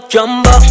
Jumbo